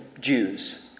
Jews